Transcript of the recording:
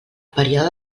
període